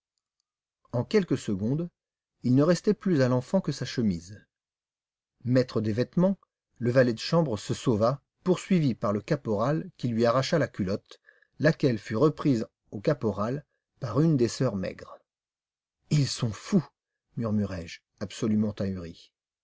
en quelques secondes il ne restait plus à l'enfant que sa chemise maître des vêtements le valet de chambre se sauva poursuivi par le caporal qui lui arracha la culotte laquelle fut reprise au caporal par une des sœurs maigres ils sont fous murmurai-je absolument ahuri